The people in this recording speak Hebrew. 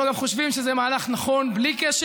אנחנו גם חושבים שזה מהלך נכון בלי קשר.